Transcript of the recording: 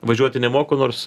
važiuoti nemoku nors